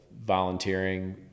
volunteering